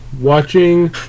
watching